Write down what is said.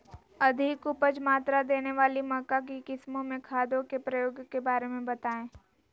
अधिक उपज मात्रा देने वाली मक्का की किस्मों में खादों के प्रयोग के बारे में बताएं?